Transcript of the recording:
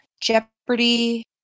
jeopardy